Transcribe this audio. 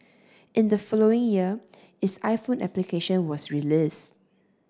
in the following year its iPhone application was released